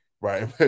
right